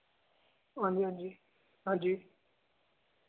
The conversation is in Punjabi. ਹਾਂਜੀ ਹਾਂਜੀ ਹਾਂਜੀ